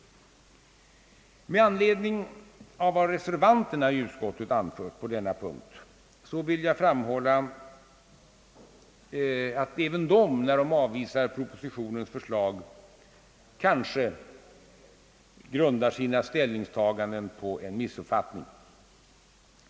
Med anledning av vad reservanterna anfört på denna punkt vill jag framhålla att även de, när de avvisar propositionens förslag, kanske grundar sina ställningstaganden på en missuppfattning.